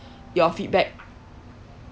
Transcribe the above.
your feedback